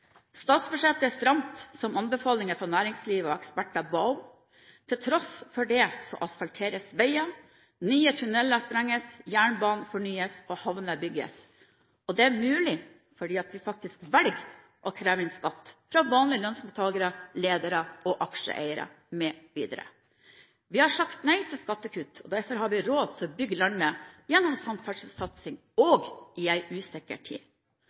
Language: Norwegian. Statsbudsjettet er stramt, som anbefalingene fra næringsliv og eksperter gikk ut på. Tross dette asfalteres veier, nye tuneller sprenges, jernbanen fornyes, og havner bygges. Det er mulig fordi vi faktisk velger å kreve inn skatt fra vanlige lønnsmottakere, ledere, aksjeeiere m.v. Vi har sagt nei til skattekutt, og derfor har vi råd til å bygge landet gjennom samferdselssatsing – også i en usikker tid.